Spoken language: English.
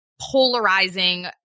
polarizing